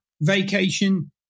vacation